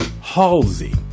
Halsey